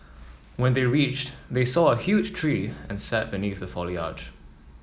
when they reached they saw a huge tree and sat beneath the foliage